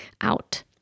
out